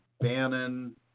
Bannon